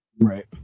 Right